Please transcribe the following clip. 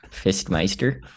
Fistmeister